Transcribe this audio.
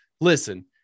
Listen